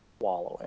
wallowing